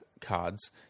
cards